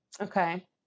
Okay